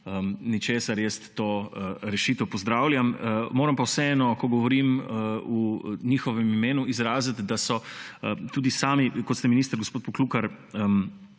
ničesar, jaz to rešitev pozdravljam. Moram pa vseeno, ko govorim v njihovem imenu, izraziti, kot ste, minister gospod Poklukar,